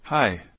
Hi